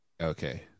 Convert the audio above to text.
Okay